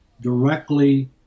directly